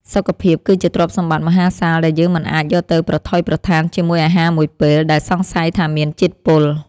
សុខភាពគឺជាទ្រព្យសម្បត្តិមហាសាលដែលយើងមិនអាចយកទៅប្រថុយប្រថានជាមួយអាហារមួយពេល ដែលសង្ស័យថាមានជាតិពុល។